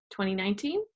2019